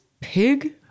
Pig